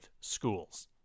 schools